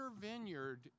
vineyard